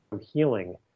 healing